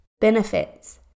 benefits